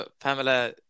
Pamela